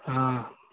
ಹಾಂ